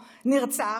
נרצח,